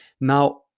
Now